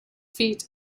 feet